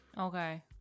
Okay